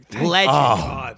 Legend